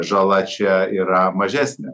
žala čia yra mažesnė